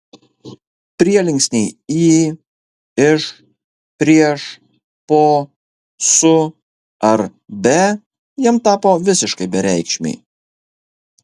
prielinksniai į iš prieš po su ar be jam tapo visiškai bereikšmiai